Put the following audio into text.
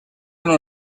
una